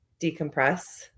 decompress